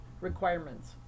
requirements